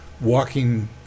walking